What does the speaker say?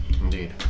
Indeed